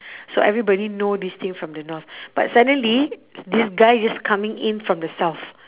so everybody know this thing from the north but suddenly this guy just coming in from the south